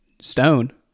stone